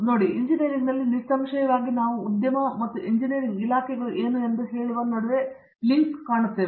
ನೋಡಿ ಎಂಜಿನಿಯರಿಂಗ್ನಲ್ಲಿ ನಿಸ್ಸಂಶಯವಾಗಿ ನಾವು ಉದ್ಯಮ ಮತ್ತು ಎಂಜಿನಿಯರಿಂಗ್ ಇಲಾಖೆಗಳು ಏನು ಎಂದು ಹೇಳುವ ನಡುವೆ ಸ್ವಲ್ಪ ಹೆಚ್ಚಿನ ಲಿಂಕ್ ಅನ್ನು ಕಾಣುತ್ತೇವೆ